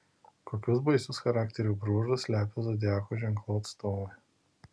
kokius baisius charakterio bruožus slepia zodiako ženklų atstovai